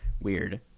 Weird